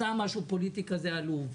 סתם משהו, פוליטיקה עלובה.